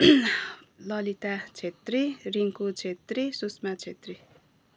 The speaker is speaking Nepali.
ललिता छेत्री रिङ्कु छेत्री सुषमा छेत्री